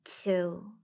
two